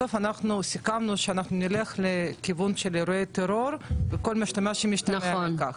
בסוף אנחנו סיכמנו שנלך בכיוון של אירועי טרור ועל כל המשתמע מכך.